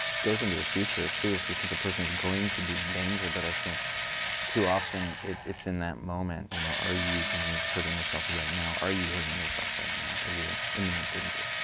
goes into the future too if you think a person is going to be in danger. but i think too often, it's in that moment. you know are you thinking of hurting yourself right now. are you hurting yourself right now? are you in imminent danger?